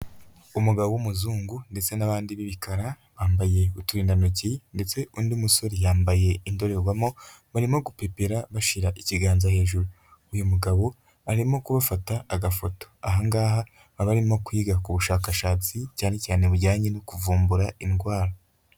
Umugabo w'umuzungu ndetse n'abandi b'ibikara bambaye uturindantoki, ndetse undi musore yambaye indorerwamo barimo gupepera bashi ikiganza hejuru. Uyu mugabo arimo kubafata agafoto, aha ngaha baba barimo kwiga ku bushakashatsi, cyane cyane bujyanye no kuvumbura indwara.